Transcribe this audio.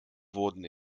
wurden